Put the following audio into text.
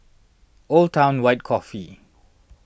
Old Town White Coffee